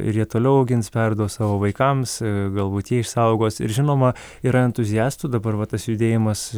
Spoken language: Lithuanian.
ir jie toliau augins perduos savo vaikams galbūt jie išsaugos ir žinoma yra entuziastų dabar va tas judėjimas